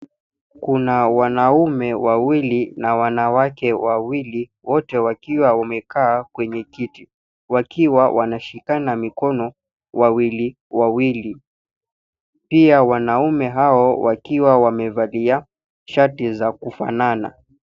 Kuna wanaume wawili na wanawake wawili, wote wakiwa wamekaa kwenye kiti wakiwa wameshikana mikono wawili wawili. Pia wanaume hao wakiwa wamevaa shati za kufanana.